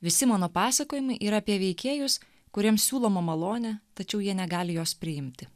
visi mano pasakojimai yra apie veikėjus kuriems siūloma malonė tačiau jie negali jos priimti